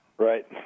Right